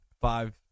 five